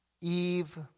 Eve